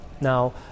Now